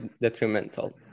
detrimental